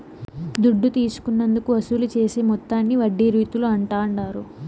దుడ్డు తీసుకున్నందుకు వసూలు చేసే మొత్తాన్ని వడ్డీ రీతుల అంటాండారు